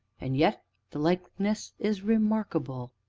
and yet the likeness is remarkable!